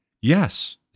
Yes